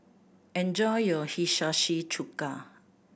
enjoy your Hiyashi Chuka